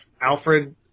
Alfred